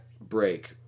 break